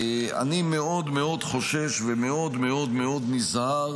אני מאוד מאוד חושש ומאוד מאוד נזהר